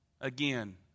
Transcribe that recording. Again